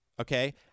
Okay